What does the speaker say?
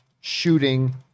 shooting